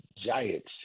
giants